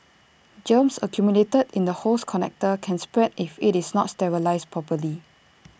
germs accumulated in the hose connector can spread if IT is not sterilised properly